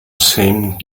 same